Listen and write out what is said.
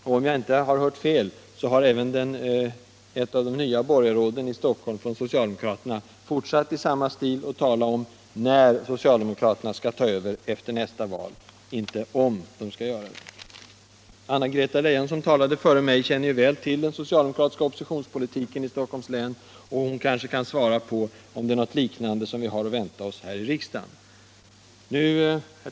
Om jag inte hört fel har även ett av de nya socialdemokratiska borgarråden i Stockholm fortsatt i samma stil och talat om när socialdemokraterna skall ta över efter nästa val, inte om de skall göra det. Anna-Greta Leijon, som talade före mig, känner ju väl till den socialdemokratiska oppositionspolitiken i Stockholms län. Hon kanske kan ge besked om det är något liknande vi har att vänta oss här i riksdagen.